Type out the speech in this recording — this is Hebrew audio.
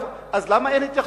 אז למה אין התייחסות?